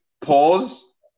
pause